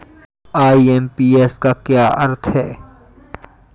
IMPS का क्या अर्थ है?